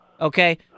Okay